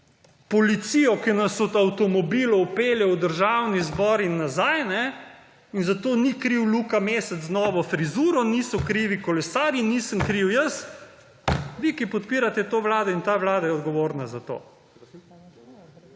policijo, ki nas od avtomobilov pelje v Državni zbor in nazaj, in za to ni kriv Luka Mesec, z novo frizuro, niso krivi kolesarji, nisem kriv jaz, vi, ki podpirate to Vlado in ta Vlada je odgovorna za to.